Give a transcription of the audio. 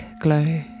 glow